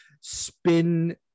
spin